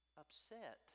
upset